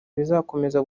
bizakomeza